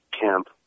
Camp